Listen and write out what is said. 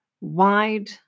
wide